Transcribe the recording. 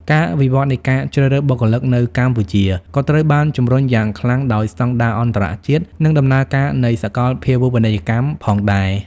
ការវិវត្តន៍នៃការជ្រើសរើសបុគ្គលិកនៅកម្ពុជាក៏ត្រូវបានជំរុញយ៉ាងខ្លាំងដោយស្តង់ដារអន្តរជាតិ និងដំណើរការនៃសាកលភាវូបនីយកម្មផងដែរ។